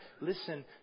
Listen